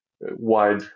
wide